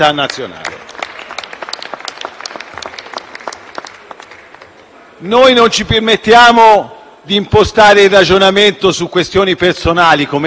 Non ci permettiamo di impostare il ragionamento su questioni personali, come lei giustamente ha denunciato